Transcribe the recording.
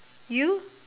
you